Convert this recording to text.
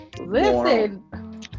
Listen